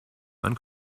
wann